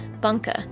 bunker